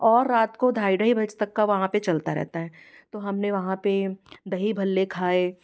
और रात को ढाई ढाई बजे तक का वहाँ पर चलता रहता है तो हमने वहाँ पर दही भल्ले खाए